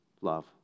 love